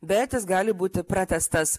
bet jis gali būti pratęstas